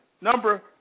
number